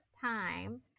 time